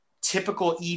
typical